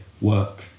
work